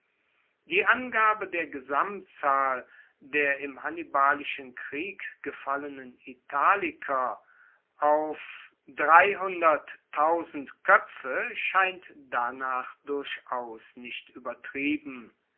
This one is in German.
die angabe der gesamtzahl der im hannibalischen krieg gefallenen italiker auf koepfe scheint danach durchaus nicht uebertrieben